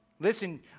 Listen